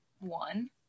One